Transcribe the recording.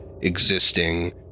existing